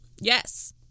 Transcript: Yes